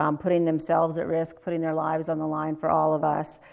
um putting themselves at risk, putting their lives on the line for all of us.